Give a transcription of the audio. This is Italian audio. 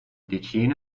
ticino